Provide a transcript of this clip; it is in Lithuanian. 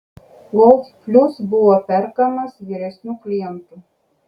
golf plius buvo perkamas vyresnių klientų